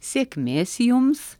sėkmės jums